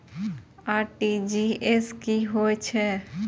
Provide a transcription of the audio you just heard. RTGS की होय छै